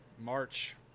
March